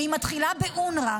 והיא מתחילה באונר"א,